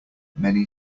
many